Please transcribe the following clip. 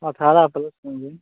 अठारह के